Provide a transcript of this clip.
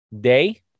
day